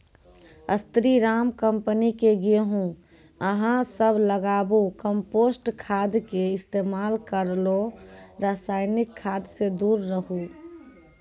स्री Ram company के गेहूँ अहाँ सब लगाबु कम्पोस्ट खाद के इस्तेमाल करहो रासायनिक खाद से दूर रहूँ?